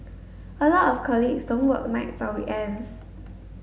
a lot of colleagues don't work nights or weekends